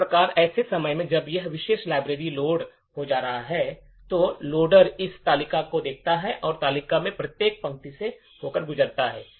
इस प्रकार ऐसे समय में जब यह विशेष लाइब्रेरी लोड हो जाता है लोडर इस तालिका को देखेगा और इस तालिका में प्रत्येक पंक्ति से होकर गुजरेगा